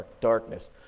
darkness